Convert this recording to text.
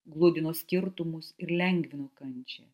gludino skirtumus ir lengvino kančią